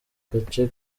gace